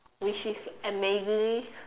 which is amazing